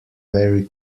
very